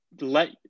let